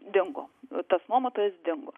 dingo tas nuomotojas dingo